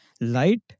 light